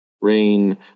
Rain